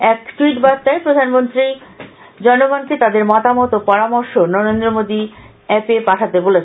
এক ট্যুইট বার্তায় প্রধানমন্ত্রী জনগণকে তাদের মতামত ও পরামর্শ নরেন্দ্র মোদী এপে পাঠাতে বলেছেন